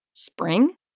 Spring